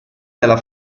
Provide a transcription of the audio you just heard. della